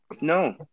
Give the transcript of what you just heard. no